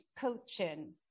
Coaching